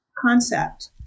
concept